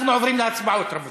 אנחנו עוברים להצבעות, רבותי.